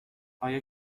آیا